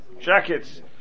jackets